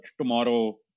tomorrow